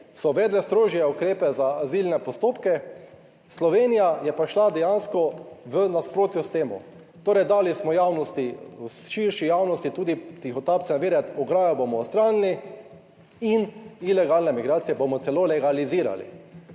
so uvedle strožje ukrepe za azilne postopke, Slovenija je pa šla dejansko v nasprotju s tem, torej dali smo javnosti, v širši javnosti tudi tihotapcem vedeti, ograjo bomo odstranili in ilegalne migracije bomo celo legalizirali.